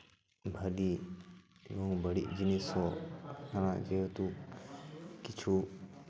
ᱵᱷᱟᱹᱜᱤ ᱮᱵᱚᱝ ᱵᱟᱹᱲᱤᱡ ᱡᱤᱱᱤᱥ ᱦᱚᱸ ᱚᱱᱟ ᱡᱮᱦᱮᱛᱩ ᱠᱤᱪᱷᱩ